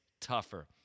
tougher